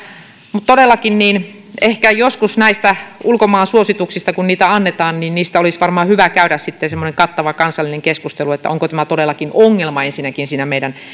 mutta todellakin ehkä joskus näistä ulkomaan suosituksista kun niitä annetaan olisi varmaan hyvä käydä semmoinen kattava kansallinen keskustelu onko tämä ensinnäkään todellakin ongelma siinä meidän